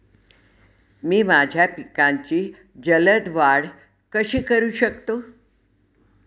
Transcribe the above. मी माझ्या पिकांची जलद वाढ कशी करू शकतो?